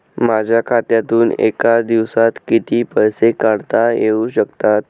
माझ्या खात्यातून एका दिवसात किती पैसे काढता येऊ शकतात?